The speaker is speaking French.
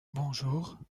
deux